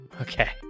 Okay